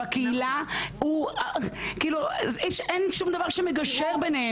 בקהילה - אין שום דבר שמגשר ביניהם.